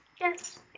Yes